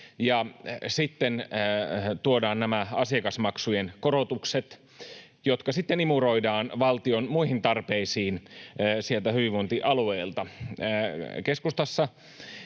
sitten tuodaan nämä asiakasmaksujen korotukset, jotka sitten imuroidaan valtion muihin tarpeisiin sieltä hyvinvointialueilta. Keskustassa